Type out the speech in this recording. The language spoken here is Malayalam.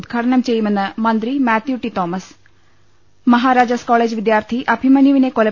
ഉദ്ഘാടനം ചെയ്യുമെന്ന് മന്ത്രി മാത്യു ടി തോമസ് മഹാരാജാസ് കോളജ് വിദ്യാർത്ഥി അഭിമന്യുവിനെ കൊല